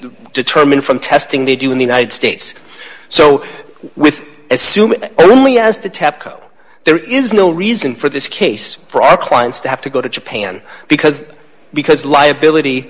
determined from testing they do in the united states so with assume only as the tepco there is no reason for this case for our clients to have to go to japan because because liability